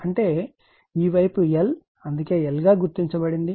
అంటే ఈ వైపు L అందుకే L గా గుర్తించబడింది